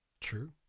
True